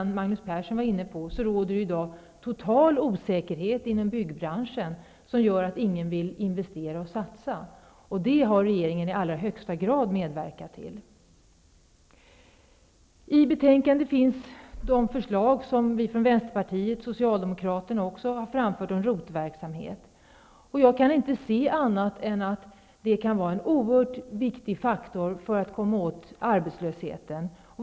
Som Magnus Persson var inne på råder det i dag inom byggbranschen en total osäkerhet, som gör att ingen vill investera och satsa. Det har regeringen i allra högsta grad medverkat till. I betänkandet finns det förslag som vi från Vänsterpartiet -- och även Socialdemokraterna -- har framfört om ROT-verksamhet. Jag kan inte se annat än att det kan vara en oerhört viktig faktor för att komma åt arbetslösheten.